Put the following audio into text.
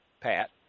Pat